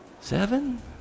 seven